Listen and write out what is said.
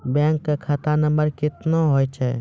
Bank का खाता नम्बर कितने होते हैं?